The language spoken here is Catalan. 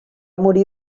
morir